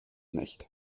nicht